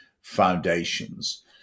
foundations